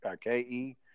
K-E